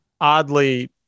oddly